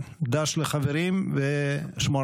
תודה